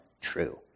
true